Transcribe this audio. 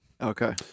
Okay